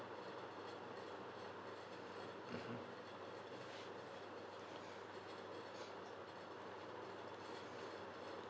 mmhmm